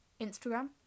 Instagram